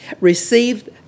received